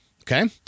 Okay